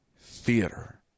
Theater